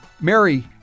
Mary